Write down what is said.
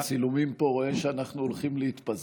מהצילומים פה אני רואה שאנחנו הולכים להתפזר,